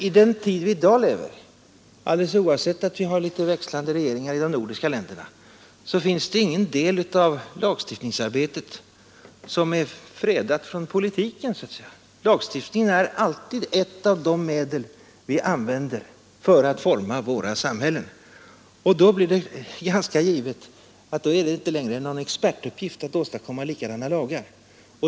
I den tid vid i dag lever i — alldeles oavsett att det finns litet växlande regeringar i de nordiska länderna — finns det ingen del av lagstiftningsarbetet som är fredad från politiken. Lagstiftningen är alltid ett av de medel vi använder för att forma våra samhällen. Då blir det ganska givet att det inte längre är någon expertuppgift att åstadkomma likadana lagar.